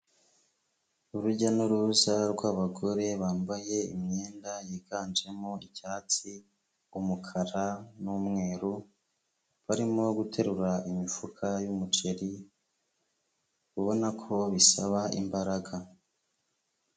Urujya n'uruza rw'abagore bambaye imyenda yiganjemo icyatsi, umukara n'umweru, barimo guterura imifuka y'umuceri, ubona ko bisaba imbaraga.